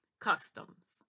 customs